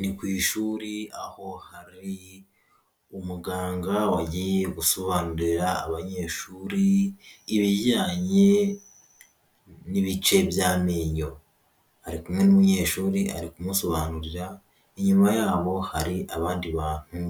Ni ku ishuri aho hari umuganga wagiye gusobanurira abanyeshuri ibijyanye n'ibice by'amenyo, ari kumwe n'umunyeshuri ari kumusobanurira, inyuma yabo hari abandi bantu